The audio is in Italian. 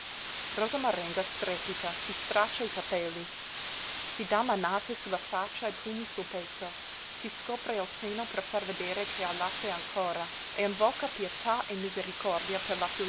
rosa marenga strepita si straccia i capelli si dà manate sulla faccia e pugni sul petto si scopre il seno per far vedere che ha latte ancora e invoca pietà e misericordia per la